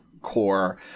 core